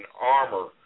armor